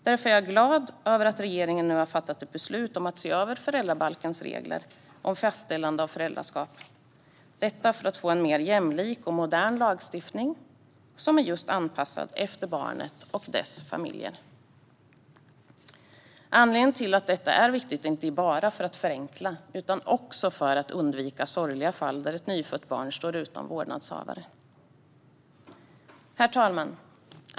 Därför är jag glad över att regeringen har fattat beslut om att se över föräldrabalkens regler om fastställande av föräldraskap - detta för att få en mer jämlik och modern lagstiftning som just är anpassad efter barnet och dess familj. Anledningen till att detta är viktigt är inte bara för att förenkla utan också för att undvika sorgliga fall där ett nyfött barn står utan vårdnadshavare. Herr talman!